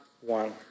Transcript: one